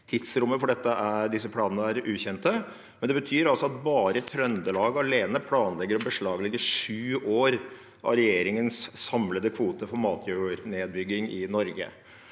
Tidsrommet for disse planene er ukjent, men det betyr altså at Trøndelag alene planlegger å beslaglegge sju år av regjeringens samlede kvote for matjordnedbygging i Norge.